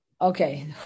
Okay